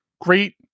great